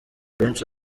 benshi